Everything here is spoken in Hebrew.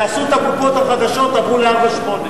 נכון.